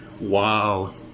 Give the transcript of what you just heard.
Wow